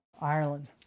ireland